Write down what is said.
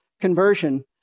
conversion